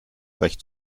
recht